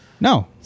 No